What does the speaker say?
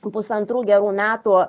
pusantrų gerų metų